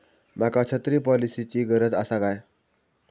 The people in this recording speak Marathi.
माका छत्री पॉलिसिची गरज आसा काय?